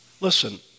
Listen